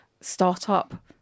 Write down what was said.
Startup